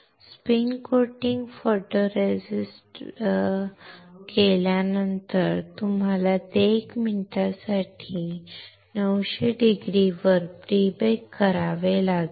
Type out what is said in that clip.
spin coating photoresist केल्यानंतर तुम्हाला ते 1 मिनिटासाठी 900C वर प्री बेक करावे लागेल